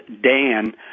Dan